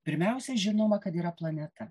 pirmiausia žinoma kad yra planeta